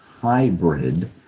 hybrid